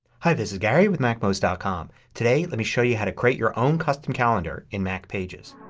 hi, this is gary with macmost. com. today let me show you how to create your own custom calendar in mac pages.